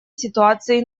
ситуации